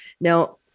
Now